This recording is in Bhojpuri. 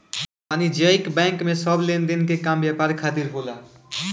वाणिज्यिक बैंक में सब लेनदेन के काम व्यापार खातिर होला